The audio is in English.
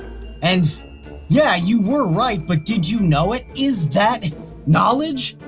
and yeah, you were right, but, did you know it? is that knowledge?